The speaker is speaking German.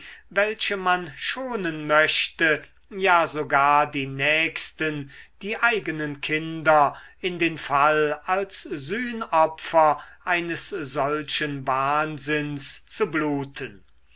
welche man schonen möchte ja sogar die nächsten die eigenen kinder in den fall als sühnopfer eines solchen wahnsinns zu bluten